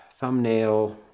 thumbnail